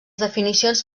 definicions